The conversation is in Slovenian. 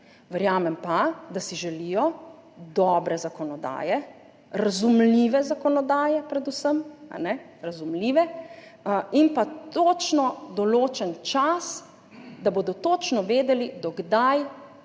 Verjamem pa, da si želijo dobre zakonodaje, razumljive zakonodaje, predvsem razumljive, in pa točno določen čas, da bodo točno vedeli, do kdaj